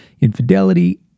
infidelity